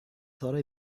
thought